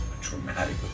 traumatic